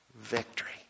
victory